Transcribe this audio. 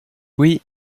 oui